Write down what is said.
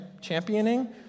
Championing